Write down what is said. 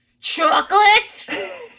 Chocolate